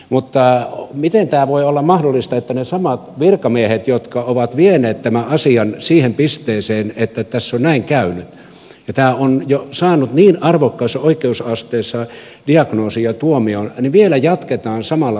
miten tämä voi olla mahdollista että ne samat virkamiehet jotka ovat vieneet tämän asian siihen pisteeseen että tässä on näin käynyt ja tämä on jo saanut niin arvokkaassa oikeusasteessa diagnoosin ja tuomion vielä jatkavat samalla linjalla